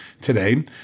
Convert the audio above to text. today